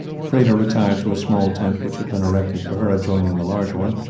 freda retired to a small tent which had been erected for her adjoining the larger one,